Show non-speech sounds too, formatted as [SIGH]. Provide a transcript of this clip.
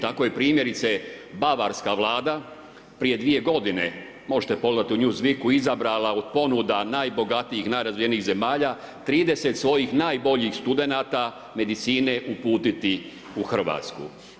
Tako je primjerice Bavarska vlada, prije 2 godine, možete pogledati u … [UNINTELLIGIBLE] izabrala od ponuda najbogatijih, najrazvijenijih zemalja 30 svojih najboljih studenata medicine uputiti u Hrvatsku.